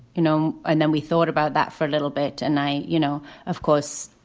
you know, and then we thought about that for a little bit. and i you know, of course,